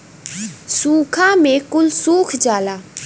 सूखा में कुल सुखा जाला